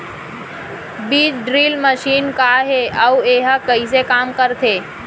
बीज drill machine का हे अऊ एहा कइसे काम करथे?